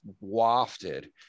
wafted